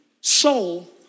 soul